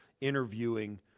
interviewing